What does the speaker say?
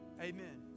amen